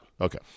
Okay